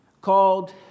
called